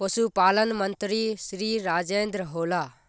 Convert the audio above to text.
पशुपालन मंत्री श्री राजेन्द्र होला?